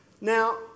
Now